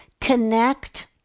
connect